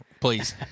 please